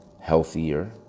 healthier